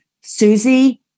Susie